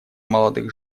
молодых